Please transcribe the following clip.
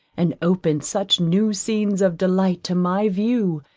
and opened such new scenes of delight to my view,